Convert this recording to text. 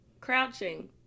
Crouching